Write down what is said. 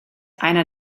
einer